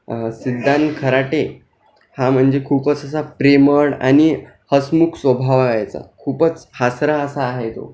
सिद्धांत खराटे हा म्हणजे खूपच असा प्रेमळ आणि हसमुख स्वभाव आहे याचा खूपच हासरा असा आहे तो